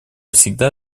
всегда